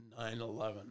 9-11